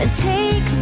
Take